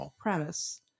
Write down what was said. premise